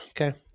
okay